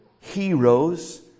heroes